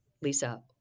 Lisa